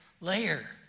layer